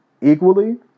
equally